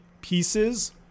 pieces